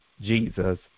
Jesus